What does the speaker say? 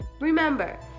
remember